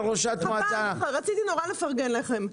רציתי מאוד לפרגן לכם.